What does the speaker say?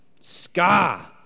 Scar